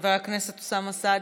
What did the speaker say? חבר הכנסת אוסאמה סעדי.